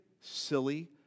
silly